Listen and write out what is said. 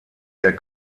der